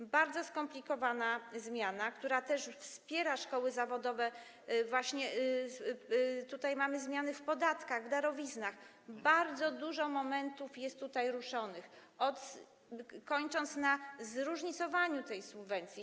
Jest bardzo skomplikowana zmiana, która też wspiera szkoły zawodowe - mamy zmiany w podatkach, w darowiznach, bardzo dużo momentów jest tutaj ruszonych, kończąc na zróżnicowaniu tej subwencji.